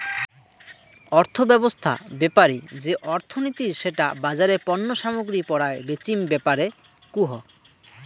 অর্থব্যবছস্থা বেপারি যে অর্থনীতি সেটা বাজারে পণ্য সামগ্রী পরায় বেচিম ব্যাপারে কুহ